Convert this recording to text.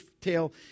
tail